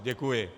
Děkuji.